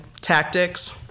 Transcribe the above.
tactics